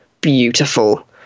beautiful